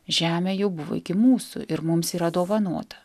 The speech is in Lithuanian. žemė jau buvo iki mūsų ir mums yra dovanota